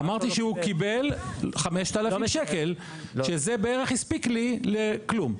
אמרתי שהוא קיבל 5,000 שקלים שזה בעצם הספיק לי לכלום.